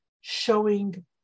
showing